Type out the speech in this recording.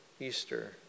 Easter